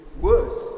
worse